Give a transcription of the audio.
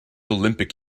olympic